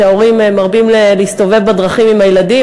כשההורים מרבים להסתובב בדרכים עם הילדים,